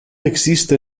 există